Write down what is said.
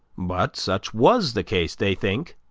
but such was the case, they think,